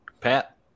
Pat